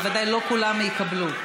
בוודאי לא כולם יקבלו.